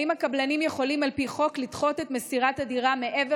האם הקבלנים יכולים על פי חוק לדחות את מסירת הדירה מעבר